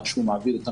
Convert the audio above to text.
ועד שמעבירים אותם,